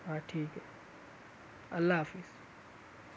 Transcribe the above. ہاں ٹھیک ہے اللہ حافظ